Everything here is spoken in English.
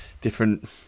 different